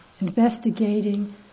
investigating